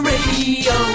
Radio